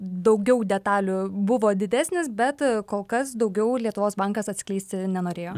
daugiau detalių buvo didesnis bet kol kas daugiau lietuvos bankas atskleisti nenorėjo